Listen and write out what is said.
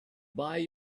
buy